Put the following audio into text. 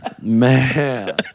Man